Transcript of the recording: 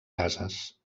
cases